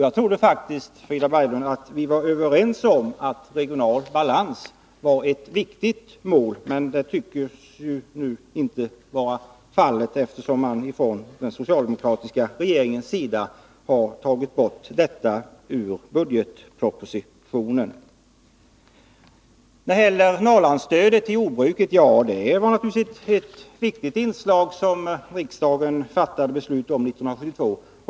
Jag trodde faktiskt att vi var överens om att regional balans var ett viktigt mål, men det tycks nu inte vara fallet, eftersom den socialdemokratiska regeringen har tagit bort detta ur budgetpropositionen. Norrlandsstödet till jordbruket var ett viktigt inslag som riksdagen fattade beslut om 1972.